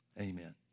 Amen